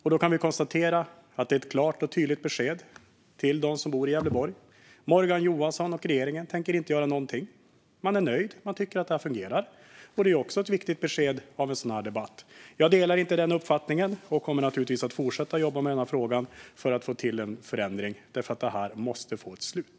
Vi kan konstatera att beskedet till dem som bor i Gävleborg är klart och tydligt: Morgan Johansson och regeringen tänker inte göra någonting. Man är nöjd; man tycker att det här fungerar. Det är också ett viktigt besked från en sådan här debatt. Jag delar inte denna uppfattning och kommer naturligtvis att fortsätta jobba med frågan för att få till en förändring, för detta måste få ett slut.